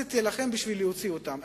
הכנסת תילחם בשביל להוציא אותם,